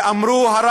אמרו,